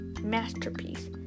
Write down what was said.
masterpiece